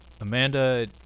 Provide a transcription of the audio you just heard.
amanda